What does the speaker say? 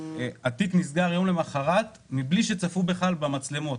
התיק נסגר יום למחרת מבלי שצפו בכלל במצלמות.